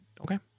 Okay